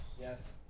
Yes